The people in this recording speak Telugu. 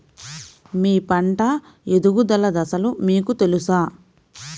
మీ పంట ఎదుగుదల దశలు మీకు తెలుసా?